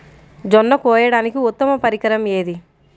జొన్న కోయడానికి ఉత్తమ పరికరం ఏది?